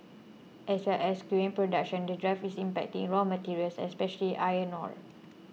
as well as skewing production the drive is impacting raw materials especially iron ore